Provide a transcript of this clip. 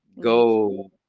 go